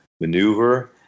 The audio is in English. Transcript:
maneuver